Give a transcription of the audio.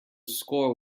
score